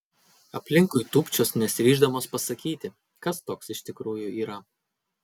aplinkui tūpčios nesiryždamas pasakyti kas toks iš tikrųjų yra